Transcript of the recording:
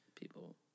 people